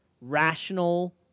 rational